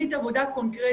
תוכנית עבודה קונקרטית.